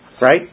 Right